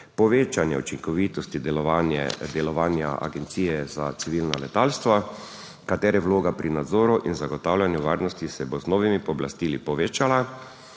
povečanje učinkovitosti delovanja agencije za civilno letalstvo, katere vloga pri nadzoru in zagotavljanju varnosti se bo z novimi pooblastili povečala,